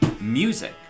music